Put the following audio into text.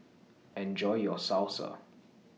Enjoy your Salsa